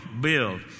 build